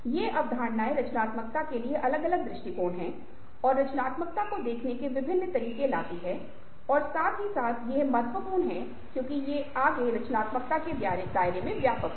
ये अवधारणाएँ रचनात्मकता के लिए अलग अलग दृष्टिकोण है और रचनात्मकता को देखने के विभिन्न तरीके लाती है साथ ही साथ ये महत्वपूर्ण हैं क्योंकि ये आगे रचनात्मकता के दायरे को व्यापक बनाते हैं